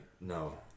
No